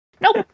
Nope